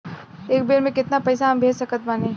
एक बेर मे केतना पैसा हम भेज सकत बानी?